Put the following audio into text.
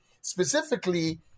specifically